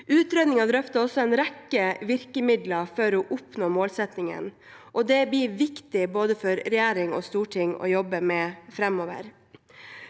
Utredningen drøfter også en rekke virkemidler for å oppnå målsettingen, og det blir viktig for både regjering og storting å jobbe med framover.